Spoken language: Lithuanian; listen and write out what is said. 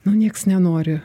nu nieks nenori